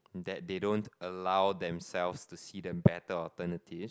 that they don't allow themselves to see the better alternatives